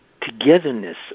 togetherness